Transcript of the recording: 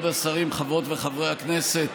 אפשר להתרשם שחברי הרשימה המשותפת